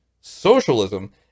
Socialism